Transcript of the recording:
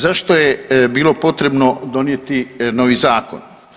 Zašto je bilo potrebno donijeti novi zakon?